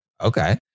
okay